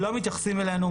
לא מתייחסים אלינו,